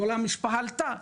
כל המשפחה עלתה,